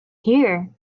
here